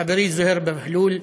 חברי זוהיר בהלול,